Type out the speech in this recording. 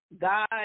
God